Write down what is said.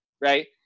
right